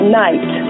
night